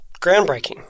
groundbreaking